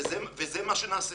וזה מה שנעשה